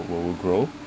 will grow